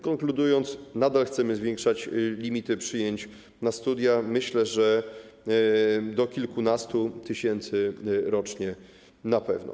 Konkludując, nadal chcemy zwiększać limity przyjęć na studia, myślę, że do kilkunastu tysięcy rocznie na pewno.